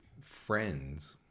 friends